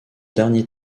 dernier